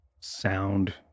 sound